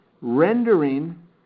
Rendering